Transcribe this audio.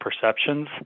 perceptions